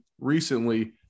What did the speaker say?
recently